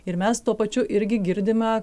ir mes tuo pačiu irgi girdime